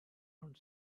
around